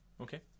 okay